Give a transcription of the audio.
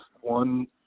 One